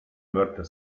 mörder